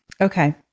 Okay